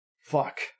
Fuck